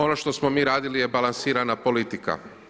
Ono što smo mi radili je balansirana politika.